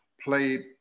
played